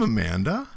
Amanda